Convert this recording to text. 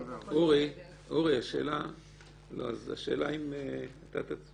לא, אז השאלה אם אתה תצביע